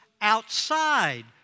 outside